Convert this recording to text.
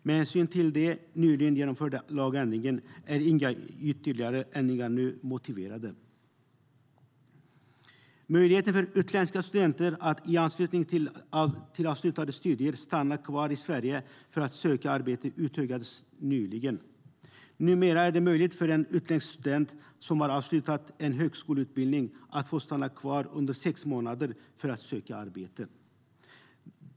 Med hänsyn till den nyligen genomförda lagändringen är inga ytterligare ändringar nu motiverade. Möjligheten för utländska studenter att i anslutning till avslutade studier stanna kvar i Sverige för att söka arbete utökades nyligen. Numera är det möjligt för en utländsk student som har avslutat en högskoleutbildning att få stanna kvar under sex månader för att söka arbete.